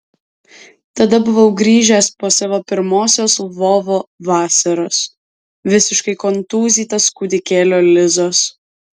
tada buvau grįžęs po savo pirmosios lvovo vasaros visiškai kontūzytas kūdikėlio lizos